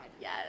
yes